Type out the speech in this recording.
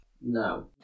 No